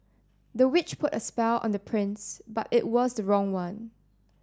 the witch put a spell on the prince but it was the wrong one